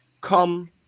come